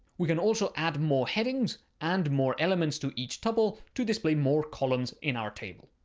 we can also add more headings and more elements to each tuple to display more columns in our table.